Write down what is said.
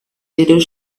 little